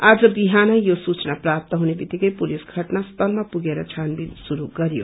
आज बिहान यो सूचना प्राप्त हुन बित्तिकै पुलिस घटना स्थान पुगेर छानविन शुरू गर्यो